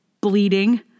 bleeding